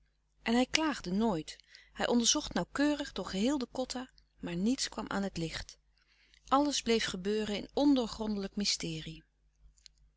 en hij klaagde nooit hij onderzocht nauwkeurig door geheel de kotta maar niets kwam aan het licht alles bleef gebeuren in ondoorgrondelijk mysterie